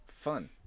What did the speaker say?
fun